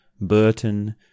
Burton